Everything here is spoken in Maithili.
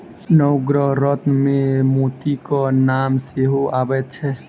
नवग्रह रत्नमे मोतीक नाम सेहो अबैत छै